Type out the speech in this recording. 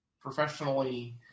professionally